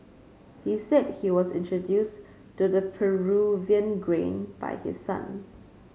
he said he was introduced to the Peruvian grain by his son